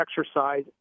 exercise